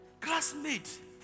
classmate